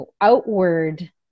outward